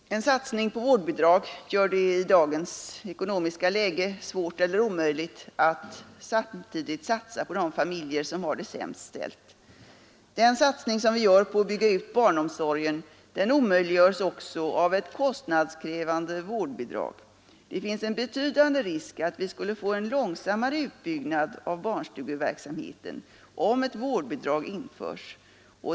En satsning på vårdnadsbidrag gör det i dagens ekonomiska läge svårt eller omöjligt att samtidigt satsa på de familjer som har det sämst ställt. Den satsning som vi gör på att bygga ut barnomsorgen skulle också omöjliggöras av ett kostnadskrävande vårdnadsbidrag. Det finns en betydande risk för att vi skulle få en långsammare utbyggnad av barnstugeverksamheten om ett vårdnadsbidrag införs.